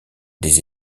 des